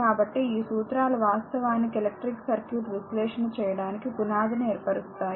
కాబట్టి ఈ సూత్రాలు వాస్తవానికి ఎలక్ట్రిక్ సర్క్యూట్ విశ్లేషణ చేయడానికి పునాదిని ఏర్పరుస్తాయి